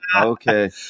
Okay